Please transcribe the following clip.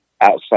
outside